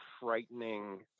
frightening